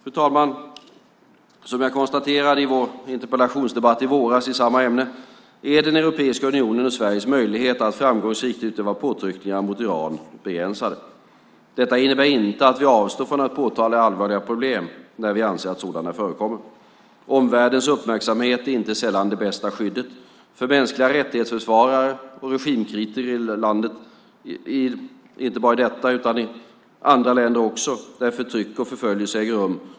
Fru talman! Som jag konstaterade i en interpellationsdebatt i våras i samma ämne är Europeiska unionens och Sveriges möjligheter att framgångsrikt utöva påtryckningar mot Iran begränsade. Detta innebär inte att vi avstår från att påtala allvarliga problem när vi anser att sådana förekommer. Omvärldens uppmärksamhet är inte sällan det bästa skyddet för mänskliga rättighets-försvarare och regimkritiker i länder där förtryck och förföljelse äger rum.